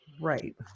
Right